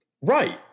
Right